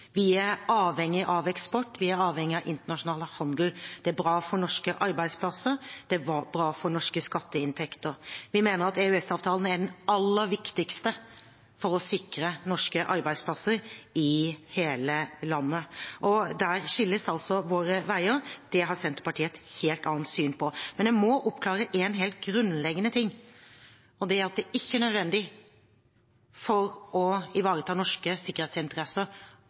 Vi er avhengig av eksport, vi er avhengig av internasjonal handel. Det er bra for norske arbeidsplasser, det er bra for norske skatteinntekter. Vi mener at EØS-avtalen er det aller viktigste for å sikre norske arbeidsplasser i hele landet. Der skilles altså våre veier – det har Senterpartiet et helt annet syn på. Men jeg må oppklare én helt grunnleggende ting, og det er at det ikke er nødvendig for å ivareta norske sikkerhetsinteresser